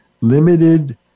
limited